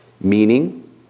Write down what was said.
meaning